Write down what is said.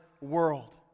world